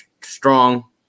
strong